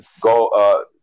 go